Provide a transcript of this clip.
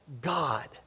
God